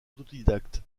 autodidacte